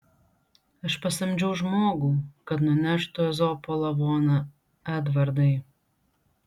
aš pasamdžiau žmogų kad nuneštų ezopo lavoną edvardai